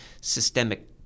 systemic